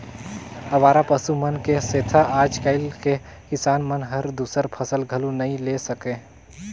अवारा पसु मन के सेंथा आज कायल के किसान मन हर दूसर फसल घलो नई ले सके